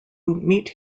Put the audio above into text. meet